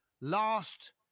last